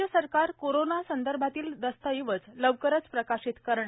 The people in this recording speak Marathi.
राज्य सरकार कोरोना संदर्भातील दस्तऐवज लवकरच प्रकाशित करणार